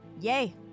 Yay